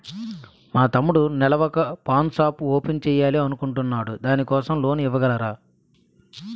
మా తమ్ముడు నెల వొక పాన్ షాప్ ఓపెన్ చేయాలి అనుకుంటునాడు దాని కోసం లోన్ ఇవగలరా?